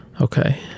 Okay